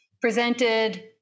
presented